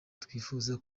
twifuza